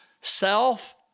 self